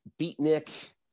beatnik